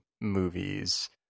movies